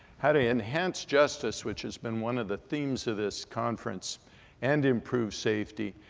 how to enhance justice which has been one of the themes of this conference and improve safety,